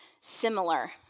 similar